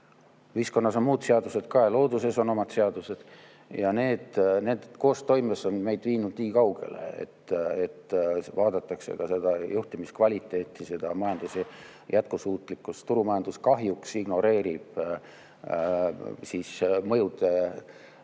Ühiskonnas on muud seadused ka, looduses on omad seadused. Need koostoimes on meid viinud nii kaugele, et vaadatakse ka seda juhtimiskvaliteeti, seda majanduse jätkusuutlikkust. Turumajandus kahjuks ignoreerib kahjulikke